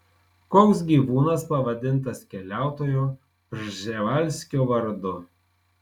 koks gyvūnas pavadintas keliautojo prževalskio vardu